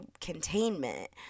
containment